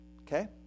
Okay